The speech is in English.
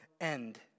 end